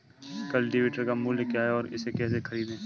Cultivator का मूल्य क्या है और इसे कैसे खरीदें?